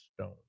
stone